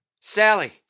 Sally